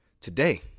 Today